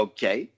Okay